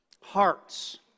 hearts